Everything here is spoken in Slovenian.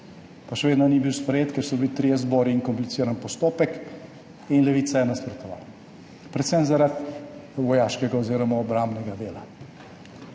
pa še vedno ni bil sprejet, ker so bili trije zbori in kompliciran postopek in levica je nasprotovala, predvsem zaradi vojaškega oziroma obrambnega dela.